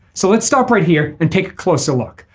so let's stop right here and take a closer look.